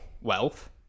wealth